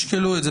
תשקלו את זה.